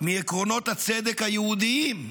מעקרונות הצדק היהודיים.